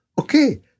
Okay